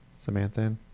Samantha